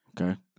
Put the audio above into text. Okay